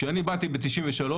כשאני באתי ב-1993,